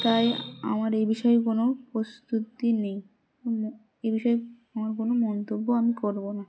তাই আমার এ বিষয়ে কোনো প্রস্তুতি নেই এ বিষয়ে আমার কোনো মন্তব্য আমি করবো না